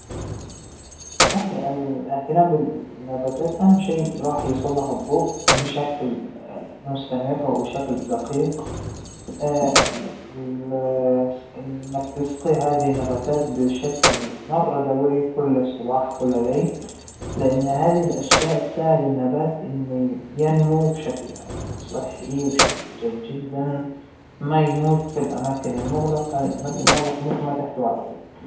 ما عندى الخلفية أو العلم الكافى للإعتناء بالنباتات عموماً، مانى عالمة بهاى القصص او ما بعرفها، وما جيت جربت أحتفظ بالنباتات أصلاً، أو إنى أربى نباتات من قبل، فما عندى الخلفية الكافية لهى القصة، لكن أعتقد إنه بنشربها مايه كافية وبنحاول نعرضها للشمس.